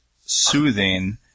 soothing